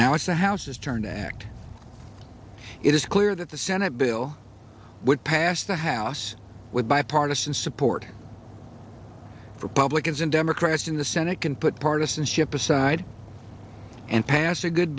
now if the house is turned act it is clear that the senate bill would pass the house with bipartisan support republicans and democrats in the senate can put partisanship aside and pass a good